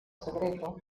segreto